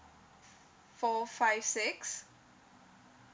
four five six